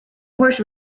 horse